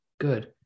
good